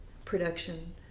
Production